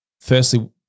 firstly